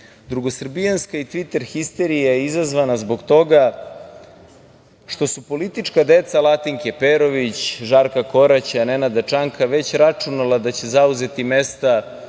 Drugosrbijanska i Tviter histerija je izazvana zbog toga što su politička deca Latinke Perović, Žarka Koraća, Nenada Čanka, već računala da će zauzeti mesta,